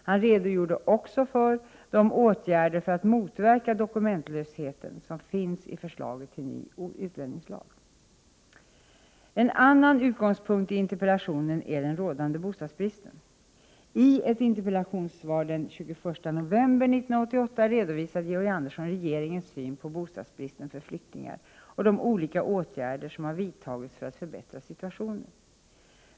Han redogorde också för de åtgärder för att motverka dokumentlösheten som finns i förslaget till ny utlänningslag. En annan utgångspunkt i interpellationen är den rådande bostadsbristen. I ett interpellationssvar den 21 november 1988 redovisade Georg Andersson regeringens syn på bostadsbristen för flyktingar och de olika åtgärder som vidtagits för att förbättra situationen.